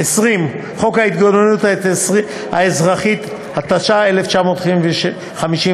20. חוק ההתגוננות האזרחית, התשי"א 1951,